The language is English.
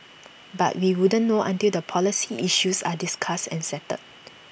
but we wouldn't know until the policy issues are discussed and settled